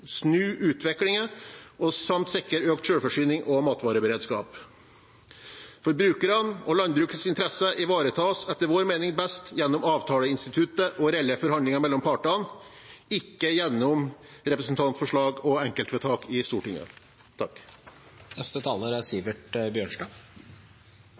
snu utviklingen samt sikre økt selvforsyning og matvareberedskap. Forbrukernes og landbrukets interesser ivaretas etter vår mening best gjennom avtaleinstituttet og reelle forhandlinger mellom partene, ikke gjennom representantforslag og enkeltvedtak i Stortinget.